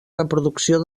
reproducció